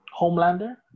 Homelander